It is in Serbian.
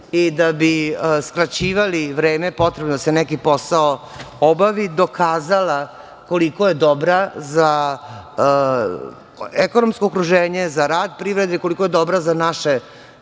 i da bi skraćivali vreme potrebno da se neki posao obavi dokazala koliko je dobra za ekonomsko okruženje, za rad privrede, koliko je dobra za naše